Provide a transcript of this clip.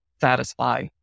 satisfy